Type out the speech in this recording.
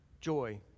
joy